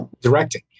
directing